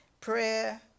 prayer